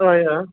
अय आ